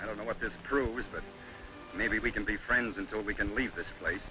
i don't know what this proves but maybe we can be friends until we can leave this place